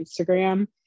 Instagram